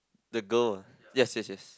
the girl ah yes yes yes